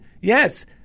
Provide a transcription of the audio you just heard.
Yes